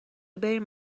بریم